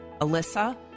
Alyssa